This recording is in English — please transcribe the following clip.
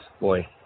boy